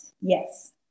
yes